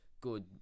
good